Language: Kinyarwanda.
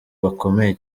bakomeye